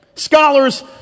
Scholars